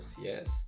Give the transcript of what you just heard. yes